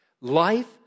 Life